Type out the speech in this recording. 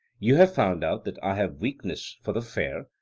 you have found out that i have weakness for the fair,